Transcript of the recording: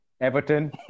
Everton